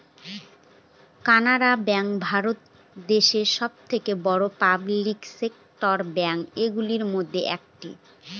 Canara bank Bharat দেশে সব থেকে বড়ো পাবলিক সেক্টর ব্যাঙ্ক গুলোর মধ্যে একটা